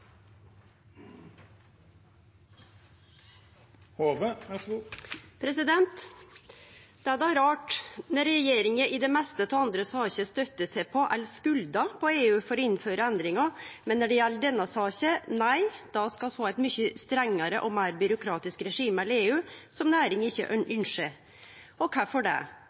Det er då rart at regjeringa i det meste av andre saker støttar seg på eller skuldar på EU for å innføre endringar, men når det gjeld denne saka, nei, då skal vi få eit mykje strengare og meir byråkratisk regime enn EU har, og som næringa ikkje ynskjer. Kvifor det? Jau, departementet grunngjev det